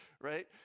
right